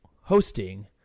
hosting